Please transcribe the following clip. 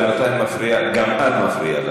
בינתיים גם את מפריעה.